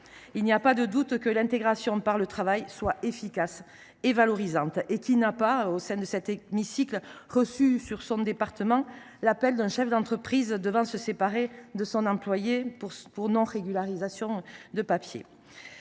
Il n’y a pas de doute que l’intégration par le travail soit efficace et valorisante. Au sein de cet hémicycle, qui n’a pas reçu dans son département l’appel d’un chef d’entreprise devant se séparer de son employé pour non régularisation de sa